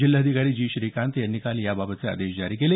जिल्हाधिकारी जी श्रीकांत यांनी काल याबाबतचे आदेश जारी केले